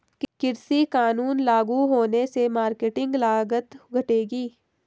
कृषि कानून लागू होने से मार्केटिंग लागत घटेगी